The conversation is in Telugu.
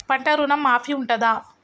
పంట ఋణం మాఫీ ఉంటదా?